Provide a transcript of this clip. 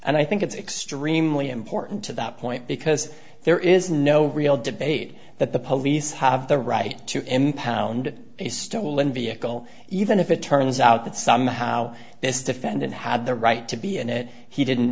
and i think it's extremely important to that point because there is no real debate that the police have the right to impound a stolen vehicle even if it turns out that somehow this defendant had the right to be in it he didn't